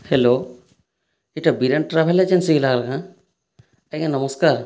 hello ଏହିଟା Biran travel ଏଜେନ୍ସିକି ଲାଗଲା କାଣା ଆଜ୍ଞା ନମସ୍କାର